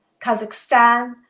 Kazakhstan